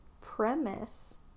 premise